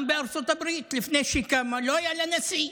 גם בארצות הברית, לפני שקמה, לא היה נשיא.